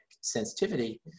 sensitivity